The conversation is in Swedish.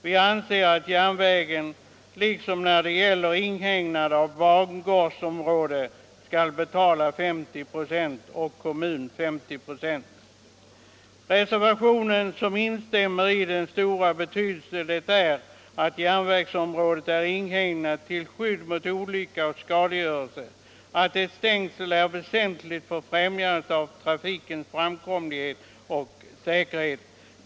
Vi anser att järnvägen liksom när det gäller inhägnad av bangårdsområde skall betala 50 96 och kommun 50 96 av kostnaden. Reservanterna instämmer i att det är av stor betydelse att järnvägsområdet är inhägnat till skydd mot olycka och skadegörelse. Stängsel är väsentliga för främjandet av trafikens framkomlighet och säkerhet.